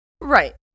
Right